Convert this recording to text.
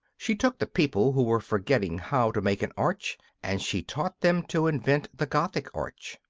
she took the people who were forgetting how to make an arch and she taught them to invent the gothic arch.